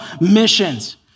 missions